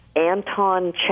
Anton